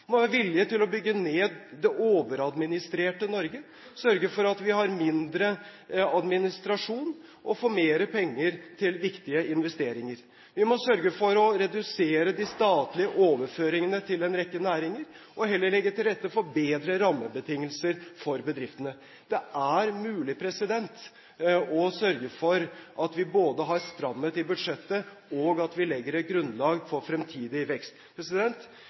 må ha vilje til å bygge ned det overadministrerte Norge, sørge for at vi har mindre administrasjon og får mer penger til viktige investeringer. Vi må sørge for å redusere de statlige overføringene til en rekke næringer og heller legge til rette for bedre rammebetingelser for bedriftene. Det er mulig å sørge for at vi både har stramhet i budsjettet og legger et grunnlag for fremtidig vekst.